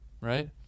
right